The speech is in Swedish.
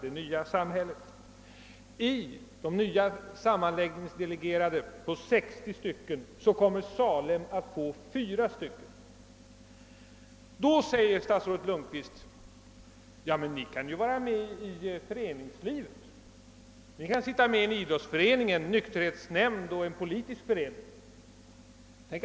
I de nya sammanläggningsdelegerade på 60 ledamöter kommer Salem att få fyra representanter. Statsrådet Lundkvist framhåller då att de som i övrigt är intresserade av att göra en insats kan aktivt arbeta i föreningslivet, de kan engagera sig i en idrottsförening, en nykterhetsförening, en politisk förening etc.